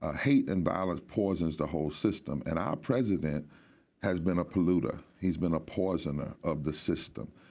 ah hate and violence poisons the whole system. and our president has been a polluter. he's been a poisoner of the system,